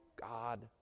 god